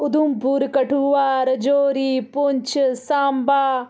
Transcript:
Udhampur Kathua Rajouri Poonch Samba